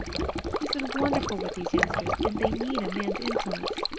has been wonderful with those youngsters, and they need a man's influence.